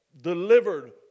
delivered